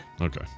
okay